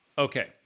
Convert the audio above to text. Okay